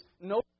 no